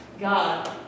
God